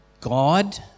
God